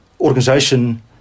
organization